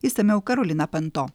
išsamiau karolina panto